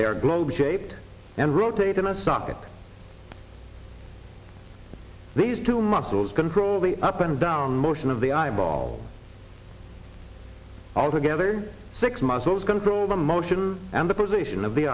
are globes shaped and rotate in a socket these two muscles control the up and down motion of the eyeball altogether six muscles control the motion and the position of the